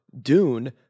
Dune